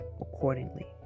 accordingly